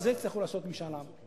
על זה יצטרכו לעשות משאל עם.